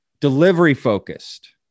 delivery-focused